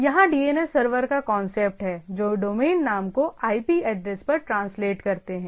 यहां DNS server का concept है जो डोमेन नाम को आईपी एड्रेस पर ट्रांसलेट करते हैं